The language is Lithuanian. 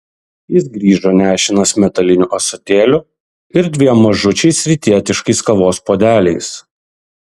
jis grįžo nešinas metaliniu ąsotėliu ir dviem mažučiais rytietiškais kavos puodeliais